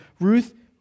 Ruth